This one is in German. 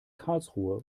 karlsruhe